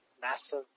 massive